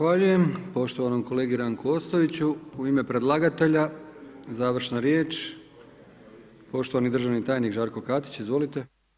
Zahvaljujem poštovanom kolegi Ranku Ostojiću, u ime predlagatelja, završna riječ, poštovani državni tajnik, Žarko Katić, izvolite.